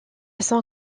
son